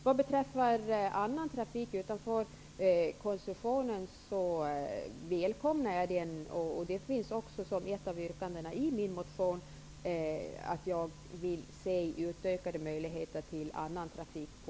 Jag välkomnar också trafik utanför koncessionen. Det finns med som ett yrkande i min motion, att jag vill se utökade möjligheter till annan trafik på